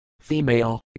Female